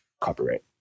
copyright